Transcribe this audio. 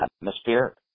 atmosphere